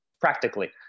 Practically